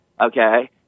Okay